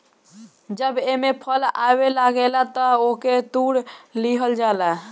जब एमे फल आवे लागेला तअ ओके तुड़ लिहल जाला